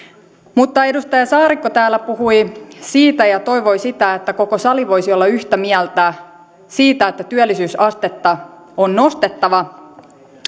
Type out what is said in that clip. edustaja saarikko täällä puhui siitä ja toivoi sitä että koko sali voisi olla yhtä mieltä siitä että työllisyysastetta on nostettava